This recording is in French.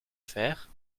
faire